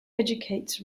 educates